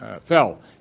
fell